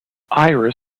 iris